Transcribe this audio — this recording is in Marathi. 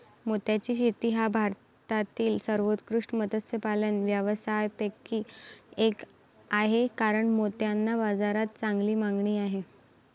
मोत्याची शेती हा भारतातील सर्वोत्कृष्ट मत्स्यपालन व्यवसायांपैकी एक आहे कारण मोत्यांना बाजारात चांगली मागणी आहे